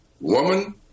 woman